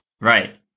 Right